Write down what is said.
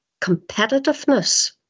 competitiveness